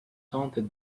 taunted